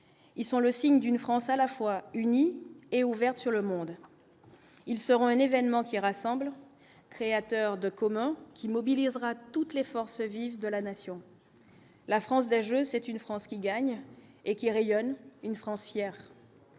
ils sont le signe d'une France à la fois unie et ouverte sur le monde, ils seront un événement qui rassemble, créateur de commun qui mobilisera toutes les forces vives de la nation, la France d'un jeu, c'est une France qui gagne et qui rayonnent une France hier.